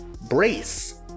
Brace